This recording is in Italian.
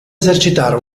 esercitare